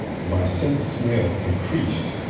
my sense of smell increased